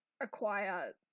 acquire